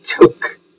took